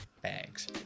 bags